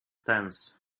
tenth